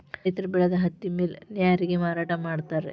ರೈತರ ಬೆಳದ ಹತ್ತಿ ಮಿಲ್ ನ್ಯಾರಗೆ ಮಾರಾಟಾ ಮಾಡ್ತಾರ